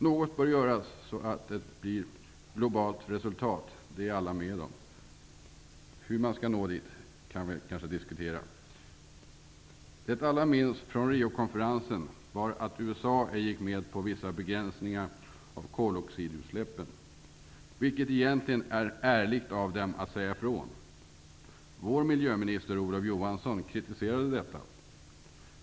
Något bör göras så att det blir globalt resultat, det är alla med om. Hur man skall nå dit kan vi kanske diskutera. Det alla minns från Riokonferensen var att USA ej gick med på vissa begränsningar av koldioxidutsläppen, vilket egentligen är ärligt av dem att säga ifrån. Vår miljöminister Olof Johansson kritiserade detta.